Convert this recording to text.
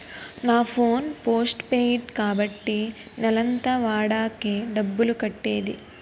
నా phone postpaid కాబట్టి నెలంతా వాడాకే డబ్బులు కట్టేది